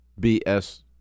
BS